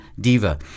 diva